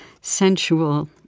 sensual